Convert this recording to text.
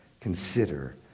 consider